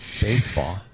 baseball